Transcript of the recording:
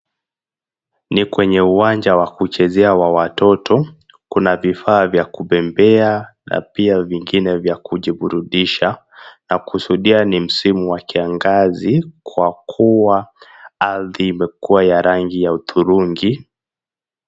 Ni kwenye uwanja wa kuchezea wa watoto, kuna vifaa vya kubembea na pia vingine vya kujiburudisha na kusudia ni msimu wa kiangazi kwa kuwa ardhi imekuwa ya rangi ya hudhurungi.